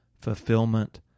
fulfillment